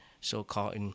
so-called